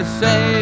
say